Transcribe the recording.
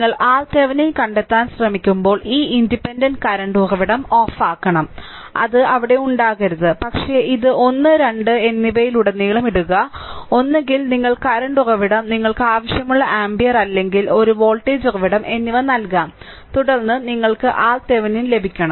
നിങ്ങൾ RThevenin കണ്ടെത്താൻ ശ്രമിക്കുമ്പോൾ ഈ ഇൻഡിപെൻഡന്റ് കറന്റ് ഉറവിടം ഓഫാക്കണം അത് അവിടെ ഉണ്ടാകരുത് പക്ഷേ ഇത് 1 2 എന്നിവയിലുടനീളം ഇടുക ഒന്നുകിൽ നിങ്ങൾ കറന്റ് ഉറവിടം നിങ്ങൾക്ക് ആവശ്യമുള്ള ആമ്പിയർ അല്ലെങ്കിൽ ഒരു വോൾട്ടേജ് ഉറവിടം എന്നിവ നൽകാം തുടർന്ന് നിങ്ങൾക്ക് RThevenin ലഭിക്കണം